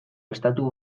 estatu